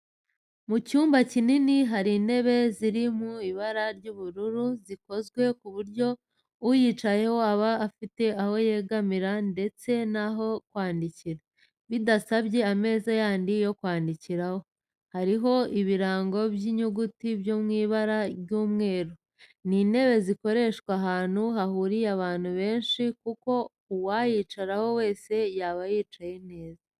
Mu cyumba kinini hari ntebe ziri mu ibara ry'ubururu zikozwe ku buryo uyicayeho aba afite aho yegamira ndetse n'aho kwandikira bidasabye ameza yandi yo kwandikiraho, hariho ibirango by'inyuguti byo mw'ibara ry'umweru. Ni intebe zakoreshwa ahantu hahuriye abantu benshi kuko uwayicaraho wese yaba yicaye neza.